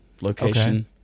location